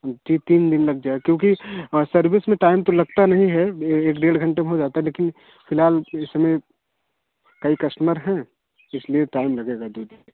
जी तीन दी लग जाए क्योंकि सर्विस में टाइम तो लगता नहीं है ये एक डेढ़ घंटे में हो जाता लेकिन फिलहाल इस समय कई कस्टमर है इसलिए टाइम लगेगा दो दिन